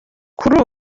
kuri